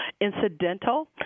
incidental